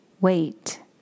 Wait